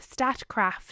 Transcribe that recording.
StatCraft